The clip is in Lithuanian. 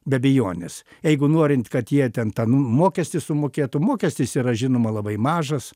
be abejonės eigu norint kad jie ten tą mokestį sumokėtų mokestis yra žinoma labai mažas